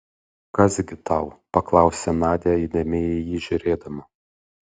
kas gi tau paklausė nadia įdėmiai į jį žiūrėdama